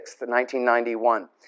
1991